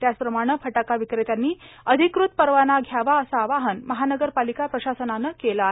त्याचप्रमाणे फटाका विक्रेत्यांनी अधिकृत परवाना घ्यावा असं आवाहन महानगरपालिका प्रशासनानं केलं आहे